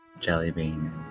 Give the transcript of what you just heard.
Jellybean